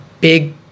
big